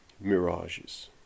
mirages